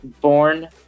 born